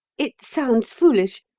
it sounds foolish.